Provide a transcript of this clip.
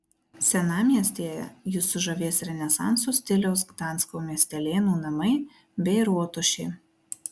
senamiestyje jus sužavės renesanso stiliaus gdansko miestelėnų namai bei rotušė